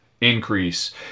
increase